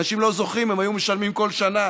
אנשים לא זוכרים, הם היו משלמים כל שנה,